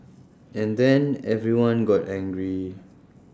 and then everyone got angry